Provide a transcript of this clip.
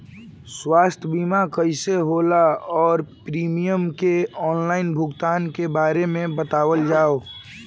स्वास्थ्य बीमा कइसे होला और प्रीमियम के आनलाइन भुगतान के बारे में बतावल जाव?